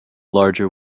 larger